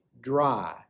dry